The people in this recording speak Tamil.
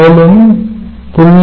மேலும் 0